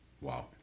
Wow